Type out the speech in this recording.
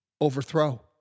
overthrow